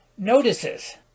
notices